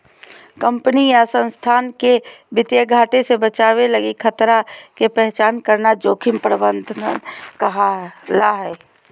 company या संस्थान के वित्तीय घाटे से बचावे लगी खतरा के पहचान करना जोखिम प्रबंधन कहला हय